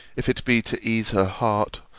if it be to ease her heart,